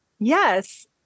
Yes